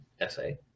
essay